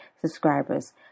subscribers